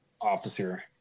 officer